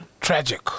tragic